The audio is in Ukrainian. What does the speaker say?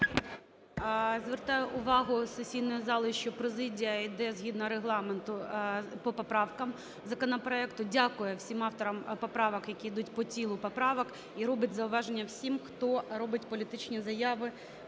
Звертаю увагу сесійної зали, що президія іде згідно Регламенту по поправкам законопроекту. Дякую всім авторам поправок, які йдуть по тілу поправок і робить зауваження всім, хто робить політичні заяви